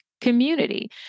community